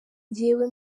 njyewe